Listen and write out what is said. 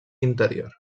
interior